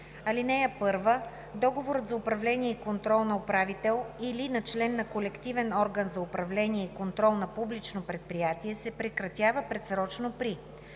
24. (1) Договорът за управление и контрол на управител или на член на колективен орган за управление и контрол на публично предприятие се прекратява предсрочно при: